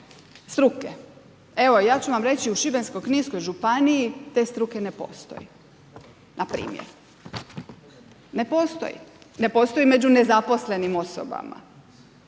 struke. Evo ja ću vam reći u Šibensko-kninskoj županiji te struke ne postoji na primjer. Ne postoji među nezaposlenim osobama